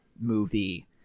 movie